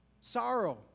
Sorrow